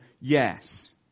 yes